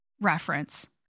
reference